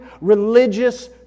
religious